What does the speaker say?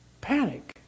panic